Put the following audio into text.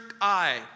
eye